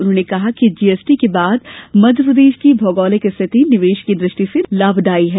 उन्होंने कहा कि जीएसटी के बाद मध्यप्रदेश की भौगोलिक स्थिति निवेश की दृष्टि से लाभदायी है